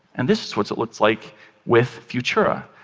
and this is what it looks like with futura.